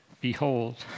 behold